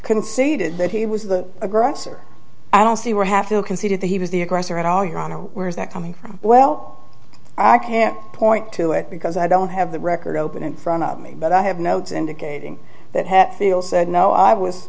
conceded that he was the aggressor i don't see where have to consider that he was the aggressor at all ya know where's that coming from well i can't point to it because i don't have the record open in front of me but i have notes indicating that hatfill said no i was